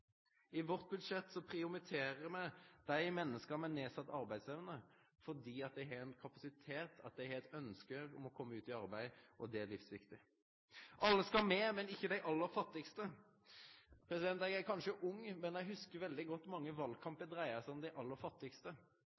I vårt budsjett prioriterer me dei menneska med nedsett arbeidsevne fordi dei har ein kapasitet, dei har eit ønske om å kome ut i arbeid, og det er livsviktig. Alle skal med, men ikkje dei aller fattigaste. Eg er kanskje ung, men eg hugsar veldig godt at mange valkamper dreia seg om dei aller fattigaste.